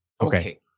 Okay